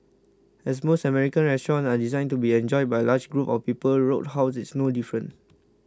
as most American restaurants are designed to be enjoyed by large groups of people Roadhouse is no different